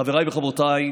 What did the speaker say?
חבריי וחברותיי,